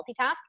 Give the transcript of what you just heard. multitask